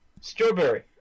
Strawberry